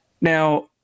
Now